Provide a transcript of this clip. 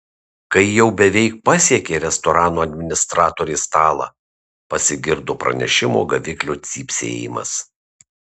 kai jau beveik pasiekė restorano administratorės stalą pasigirdo pranešimo gaviklio cypsėjimas